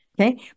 okay